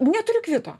neturiu kvito